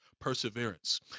perseverance